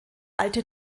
alte